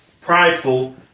prideful